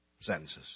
sentences